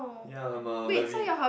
yea I'm a very